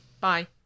bye